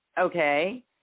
Okay